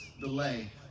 delay